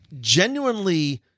genuinely